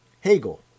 Hegel